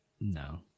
No